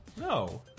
No